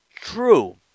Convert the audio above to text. true